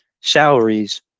salaries